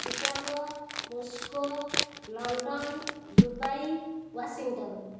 Chicago Moscow London Dubai Washington